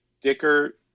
Dicker